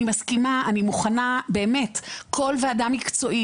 כל ועדה מקצועית,